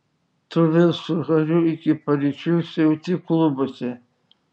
tu vėl su hariu iki paryčių siauti klubuose